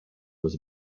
was